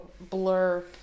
blur